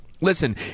listen